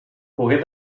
pogué